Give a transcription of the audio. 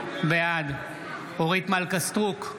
בעד אורית מלכה סטרוק,